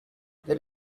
there